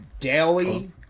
Daily